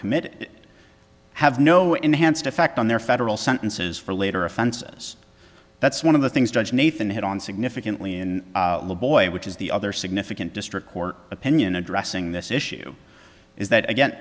committed have no enhanced effect on their federal sentences for later offenses that's one of the things judge nathan had on significantly in the boy which is the other significant district court opinion addressing this issue is that again